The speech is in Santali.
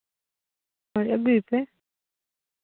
ᱦᱳᱭ ᱟᱹᱜᱩᱭᱮᱯᱮ